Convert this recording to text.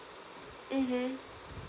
mmhmm